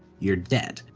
you're dead.